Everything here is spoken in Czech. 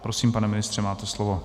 Prosím, pane ministře, máte slovo.